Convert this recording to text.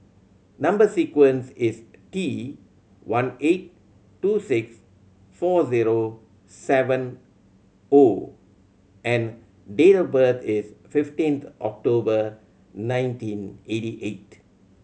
number sequence is T one eight two six four zero seven O and date of birth is fifteenth October nineteen eighty eight